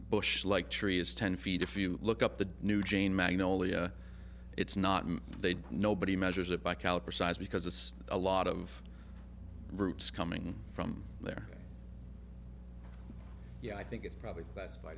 bush like tree is ten feet if you look up the new jane magnolia it's not they'd nobody measures it by caliper size because it's a lot of roots coming from there yeah i think it's probably